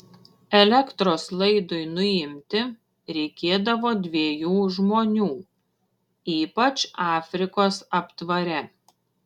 elektros laidui nuimti reikėdavo dviejų žmonių ypač afrikos aptvare